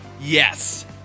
yes